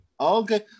Okay